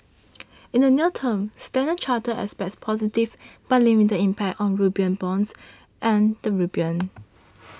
in the near term Standard Chartered expects positive but limited impact on rupiah bonds and the rupiah